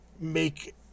make